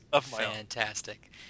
fantastic